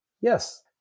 Yes